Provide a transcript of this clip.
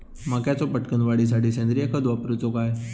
मक्याचो पटकन वाढीसाठी सेंद्रिय खत वापरूचो काय?